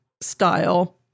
style